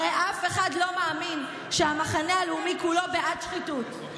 הרי אף אחד לא מאמין שהמחנה הלאומי כולו בעד שחיתות.